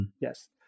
yes